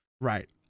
right